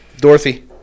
Dorothy